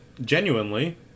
genuinely